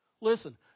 Listen